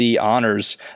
honors